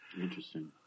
Interesting